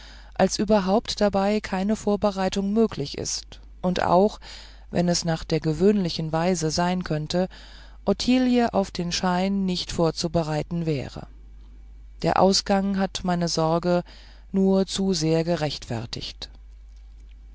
als überhaupt dabei keine vorbereitung möglich ist und auch wenn es nach der gewöhnlichen weise sein könnte ottilie auf den schein nicht vorzubereiten wäre der ausgang hat meine sorge nur zu sehr gerechtfertigt